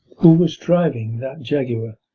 who was driving that jaguar?